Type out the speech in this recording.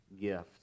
gift